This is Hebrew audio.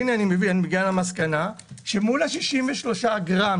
אני מצטער שזו הדקה האחרונה.